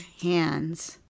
hands